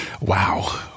Wow